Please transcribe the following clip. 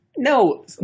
No